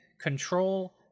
control